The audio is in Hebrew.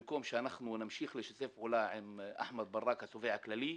במקום שמשיך לשתף פעולה עם אחמד ברק, התובע הכללי,